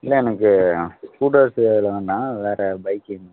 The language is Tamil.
இல்லை எனக்கு ஸ்கூட்டர்ஸ் எதுவும் வேண்டாம் வேறு பைக்கி